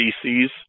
species